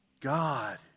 God